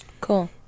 Cool